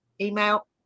email